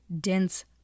dense